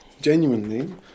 genuinely